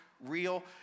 real